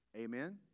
Amen